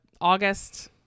August